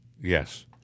Yes